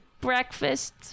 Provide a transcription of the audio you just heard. breakfast